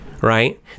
right